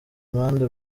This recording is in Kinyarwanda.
impande